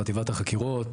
מחטיבת החקירות.